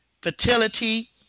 fertility